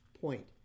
point